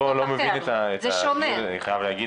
אני קצת לא מבין את הדיון, אני חייב להגיד.